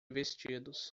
vestidos